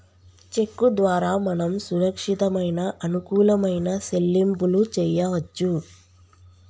చెక్కు ద్వారా మనం సురక్షితమైన అనుకూలమైన సెల్లింపులు చేయవచ్చు